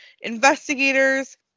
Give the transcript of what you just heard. investigators